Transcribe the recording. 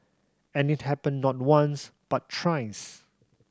and it happened not once but thrice